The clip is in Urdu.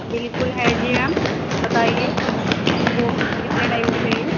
بالکل ہے جی میم بتائیے آپ کو کتںے ٹائم پہ چاہیے